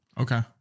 Okay